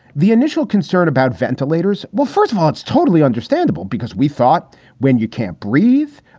the initial concern about ventilators. well, first of all, it's totally understandable because we thought when you can't breathe,